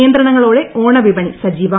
നിയന്ത്രണങ്ങളോടെ ഓണ വിപണി സജീവം